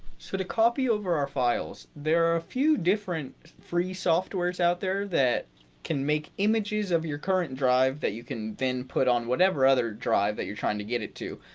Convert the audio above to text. so to copy over our files there are a few different free software's out there that can make images of your current drive that you can then put on whatever other drive that you're trying to get it to,